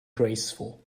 graceful